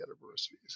universities